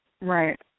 Right